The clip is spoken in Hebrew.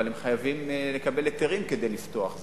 אבל הם חייבים לקבל היתרים כדי לפתוח.